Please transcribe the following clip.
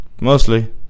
mostly